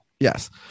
Yes